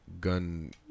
gun